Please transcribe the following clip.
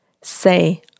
say